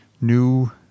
new